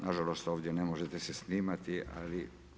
Nažalost ovdje ne možete se snimati ali.